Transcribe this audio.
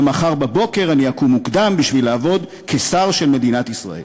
גם מחר בבוקר אני אקום מוקדם בשביל לעבוד כשר של מדינת ישראל.